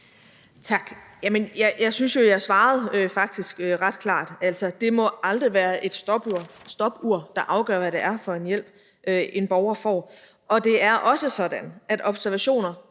Tak. Jeg synes jo faktisk, at jeg svarede ret klart. Altså, det må aldrig være et stopur, der afgør, hvad det er for en hjælp, en borger får. Og det er også sådan, at observationer